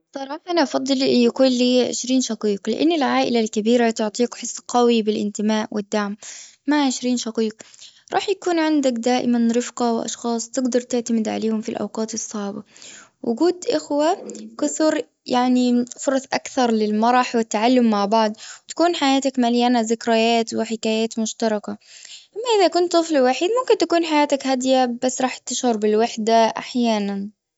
صراحة أنا أفضل أن يكون لي عشرين شقيق لأن العائلة الكبيرة تعطيك حس قوي بالأنتماء والدعم. مع عشرين شقيق. راح يكون عندك دائما رفقة وأشخاص تقدر تعتمد عليهم في الأوقات الصعبة. وجود أخوة كثر يعني فرص أكثر للمرح والتعلم مع بعض. تكون حياتك مليانة ذكريات وحكايات مشتركة. أما إذا كنت طفل واحد ممكن تكون حياتك هادية بس راح تشعر بالوحدة أحيانا.